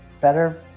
better